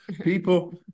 People